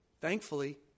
Thankfully